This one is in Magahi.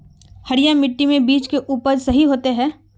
हरिया मिट्टी में बीज के उपज सही होते है?